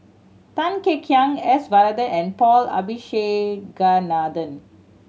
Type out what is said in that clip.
Tan Kek Hiang S Varathan and Paul Abisheganaden